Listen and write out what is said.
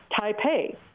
Taipei